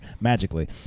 magically